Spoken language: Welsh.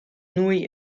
nwy